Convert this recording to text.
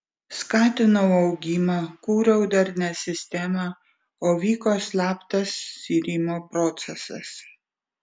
skatinau augimą kūriau darnią sistemą o vyko slaptas irimo procesas